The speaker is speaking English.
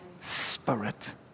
Spirit